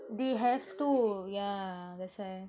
they have to yeah that's why